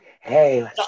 hey